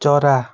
चरा